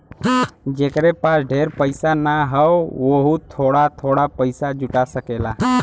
जेकरे पास ढेर पइसा ना हौ वोहू थोड़ा थोड़ा पइसा जुटा सकेला